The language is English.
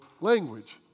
language